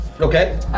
Okay